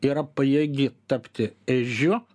yra pajėgi tapti ežiu